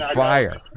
fire